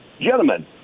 gentlemen